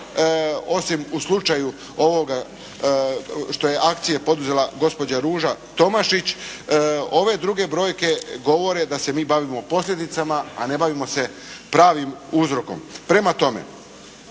osim u slučaju ovoga što je akcije poduzela gospođa Ruža Tomašić ove druge brojke govore da se mi bavimo posljedicama a ne bavimo se pravim uzrokom. Prema tome,